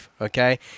okay